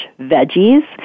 veggies